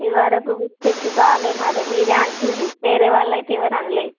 ఇది వరకు బిస్కట్లు కాలేదు మరి మీరే అంటుర్రు వేరే వాళ్ళు అయితే ఎవరు అనలేదు